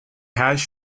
hash